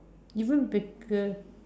even bigger